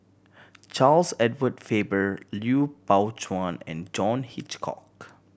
Charles Edward Faber Lui Pao Chuen and John Hitchcock